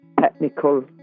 technical